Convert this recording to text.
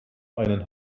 einen